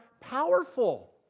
powerful